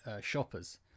Shoppers